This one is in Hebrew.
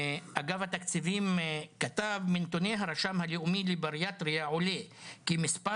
אגף התקציבים כתב כך: "..מנתוני הרשם הלאומי לבריאטרייה עולה כי מספר